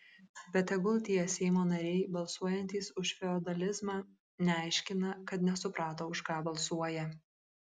bet tegul tie seimo nariai balsuojantys už feodalizmą neaiškina kad nesuprato už ką balsuoja